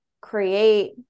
create